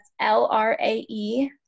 L-R-A-E